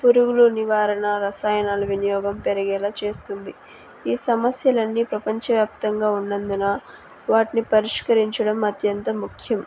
పురుగులు నివారణ రసాయనాలు వినియోగం పెరిగేలా చేస్తుంది ఈ సమస్యలన్నీ ప్రపంచవ్యాప్తంగా ఉన్నందున వాటిని పరిష్కరించడం అత్యంత ముఖ్యం